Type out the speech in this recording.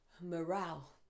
Morale